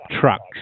trucks